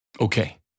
Okay